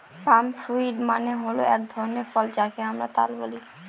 পাম fruit মানে হল এক ধরনের ফল যাকে আমরা তাল বলি